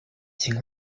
情况